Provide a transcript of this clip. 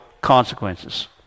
consequences